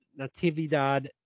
Natividad